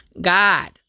God